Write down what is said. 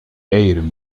eieren